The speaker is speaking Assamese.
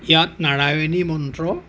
ইয়াত নাৰায়ণী মন্ত্ৰ